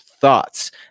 thoughts